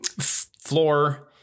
Floor